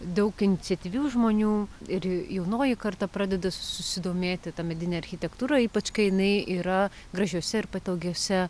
daug iniciatyvių žmonių ir jaunoji karta pradeda susidomėti ta medine architektūra ypač kai jinai yra gražiose ir patogiose